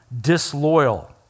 disloyal